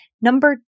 Number